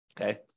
Okay